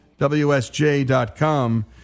wsj.com